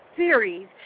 Series